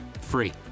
free